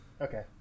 Okay